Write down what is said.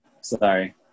sorry